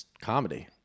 comedy